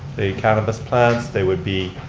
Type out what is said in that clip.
the cannabis plants, they would be